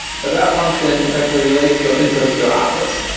but that function effectively relate to your inputs, your outputs.